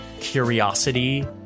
curiosity